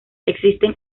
existen